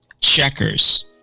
Checkers